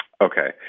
Okay